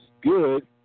good